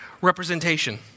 representation